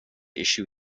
issue